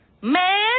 man